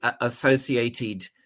associated